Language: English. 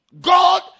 God